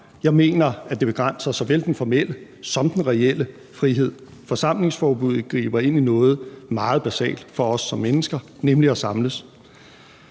Jeg mener, at det begrænser såvel den formelle som den reelle frihed. Forsamlingsforbuddet griber ind i noget meget basalt for os som mennesker, nemlig at samles.